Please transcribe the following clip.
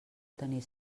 tenir